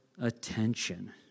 attention